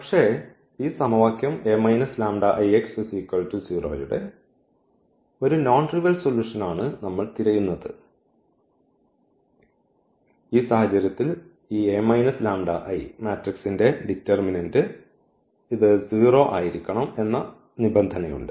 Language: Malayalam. പക്ഷേ ഈ സമവാക്യം ന്റെ ഒരു നോൺ ട്രിവിയൽ സൊല്യൂഷൻണ് നമ്മൾ തിരയുന്നത് ഈ സാഹചര്യത്തിൽ ഈ മാട്രിക്സിന്റെ ഡിറ്റർമിനന്റ് ഇത് 0 ആയിരിക്കണം എന്ന നിബന്ധനയുണ്ട്